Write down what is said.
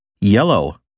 Yellow